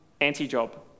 anti-job